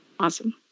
Awesome